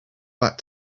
that